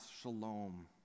shalom